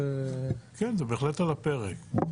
כן זה בהחלט על הפרק,